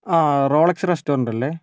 ആ Rolex restaurant അല്ലേ